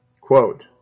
Quote